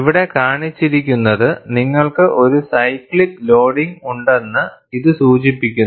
ഇവിടെ കാണിച്ചിരിക്കുന്നത് നിങ്ങൾക്ക് ഒരു സൈക്ലിക്ക് ലോഡിംഗ് ഉണ്ടെന്ന് ഇത് സൂചിപ്പിക്കുന്നു